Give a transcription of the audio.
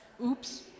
Oops